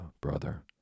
brother